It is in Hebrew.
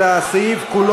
נגד,